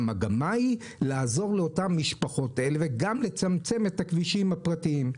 והמגמה היא לעזור לאותן משפחות וגם לצמצם את הכבישים הפרטיים.